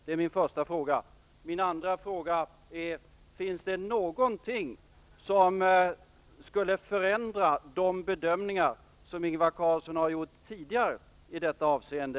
Det är min första fråga. Min andra fråga är: Finns det någonting nu som skulle förändra de bedömningar som Ingvar Carlsson gjorde tidigare i detta avseende?